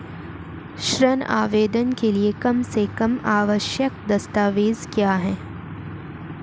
ऋण आवेदन के लिए कम से कम आवश्यक दस्तावेज़ क्या हैं?